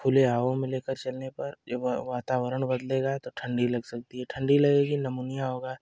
खुले हवाओं में लेकर चलने पर जब वातावरण बदलेगा तो ठंडी लग सकती है ठंडी लगेगी निमोनिया होगा